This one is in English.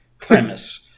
premise